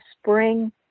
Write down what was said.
spring